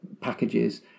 packages